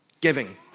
giving